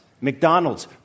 McDonald's